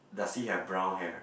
does he have brown hair